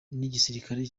n’igisirikare